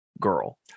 girl